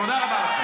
תודה רבה לכם.